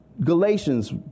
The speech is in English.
Galatians